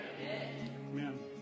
Amen